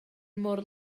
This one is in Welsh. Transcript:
môr